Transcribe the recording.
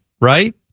right